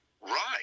Right